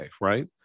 right